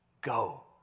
go